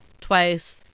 twice